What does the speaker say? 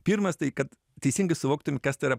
pirmas tai kad teisingai suvoktumėm kas tai yra